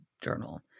journal